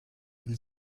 and